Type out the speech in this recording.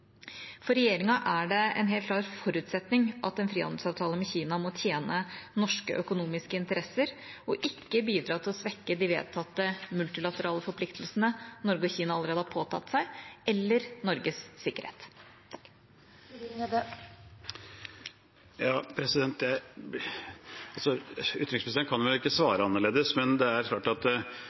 For regjeringa er det en helt klar forutsetning at en frihandelsavtale med Kina må tjene norske økonomiske interesser og ikke bidra til å svekke de vedtatte multilaterale forpliktelsene Norge og Kina allerede har påtatt seg, eller Norges sikkerhet. Utenriksministeren kan vel ikke svare annerledes, men det er klart at